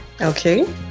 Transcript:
okay